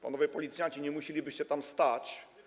Panowie policjanci, nie musielibyście tam stać.